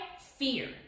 fear